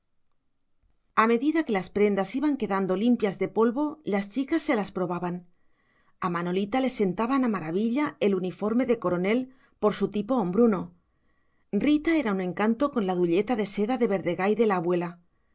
a medida que las prendas iban quedando limpias de polvo las chicas se las probaban a manolita le sentaba a maravilla el uniforme de coronel por su tipo hombruno rita era un encanto con la dulleta de seda verdegay de la abuela